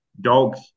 dogs